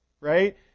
right